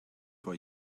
for